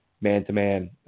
man-to-man